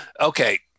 okay